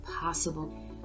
possible